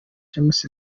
james